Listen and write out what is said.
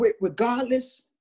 regardless